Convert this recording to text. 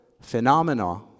phenomena